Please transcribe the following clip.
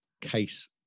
case